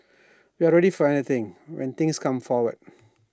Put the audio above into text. we're ready for anything when things come forward